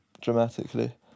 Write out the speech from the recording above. dramatically